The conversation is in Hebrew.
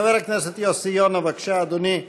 חבר הכנסת יוסי יונה, בבקשה, אדוני,